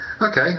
okay